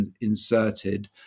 inserted